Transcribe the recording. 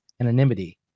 anonymity